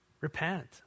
Repent